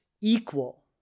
equal